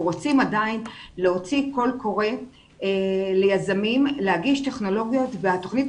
רוצים עדיין להוציא קול קורא ליזמים להגיש טכנולוגיות והתוכנית